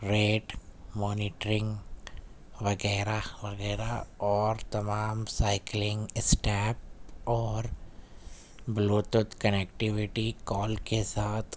rate monitoring وغیرہ وغیرہ اور تمام سائکلنگ اسٹیپ اور بلوتوتھ کنکٹیوٹی کال کے ساتھ